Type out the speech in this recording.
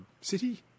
city